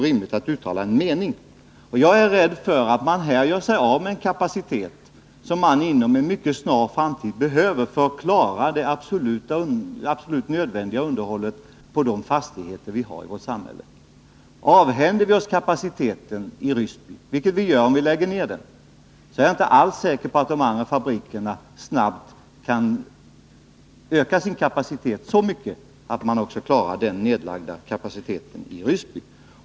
Jag är rädd för att man här gör sig av med en kapacitet, som man inom en mycket snar framtid behöver för att klara det absolut nödvändiga underhållet av de fastigheter vi har i vårt samhälle. Avhänder vi oss kapaciteten i Ryssby — vilket vi gör om vi lägger ner den — är jag inte alls säker på att de andra fabrikerna snabbt kan öka sin kapacitet så mycket att de också klarar den nedlagda kapaciteten i Ryssby.